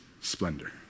splendor